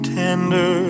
tender